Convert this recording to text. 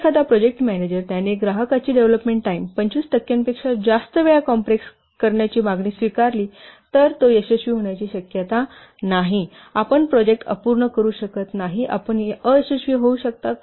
जर एखादा project manager त्याने ग्राहकाची डेव्हलपमेंट टाईम 25 टक्क्यांपेक्षा जास्त वेळा कॉम्प्रेस करण्याची मागणी स्वीकारली तर तो यशस्वी होण्याची शक्यता नाही आपण प्रोजेक्ट अपूर्ण करू शकत नाही आपण अयशस्वी होऊ शकता